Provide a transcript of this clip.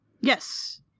Yes